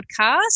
podcast